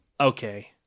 Okay